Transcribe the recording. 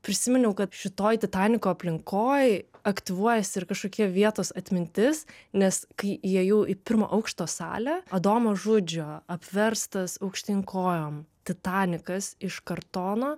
prisiminiau kad šitoj titaniko aplinkoj aktyvuojasi ir kažkokia vietos atmintis nes kai įėjau į pirmo aukšto salę adomo žudžio apverstas aukštyn kojom titanikas iš kartono